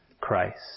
Christ